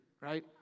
right